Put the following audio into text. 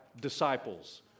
disciples